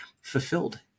fulfilled